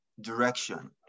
direction